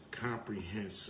comprehensive